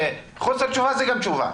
חוסר תשובה זה גם תשובה.